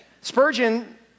Spurgeon